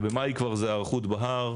ובמאי זה כבר היערכות בהר.